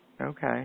Okay